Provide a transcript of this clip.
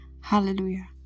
Hallelujah